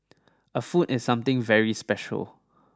a foot is something very special